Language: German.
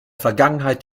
vergangenheit